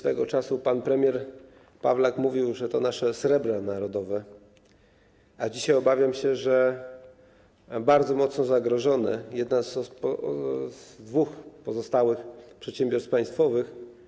Swego czasu pan premier Pawlak mówił, że to nasze srebro narodowe, a dzisiaj, obawiam się, bardzo mocno zagrożone, jedno z dwóch pozostałych przedsiębiorstw państwowych.